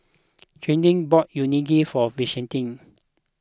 Chauncy bought Unagi for Vashti